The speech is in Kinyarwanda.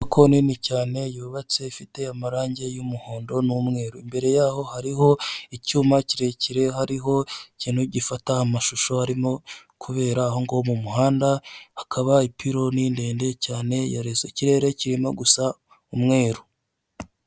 Ko nini cyane yubatse ifite amarangi y'umuhondo n'umweru, imbere yaho hariho icyuma kirekire, hariho ikintu gifata amashusho arimo kubera aho ngaho mu muhanda, hakaba ipironi ndende cyane ya rezo iikirere kirimo gusa umweru.